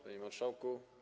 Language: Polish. Panie Marszałku!